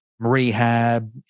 Rehab